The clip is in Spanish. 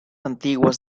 antiguas